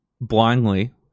blindly